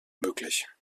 möglich